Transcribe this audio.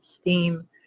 steam